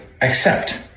accept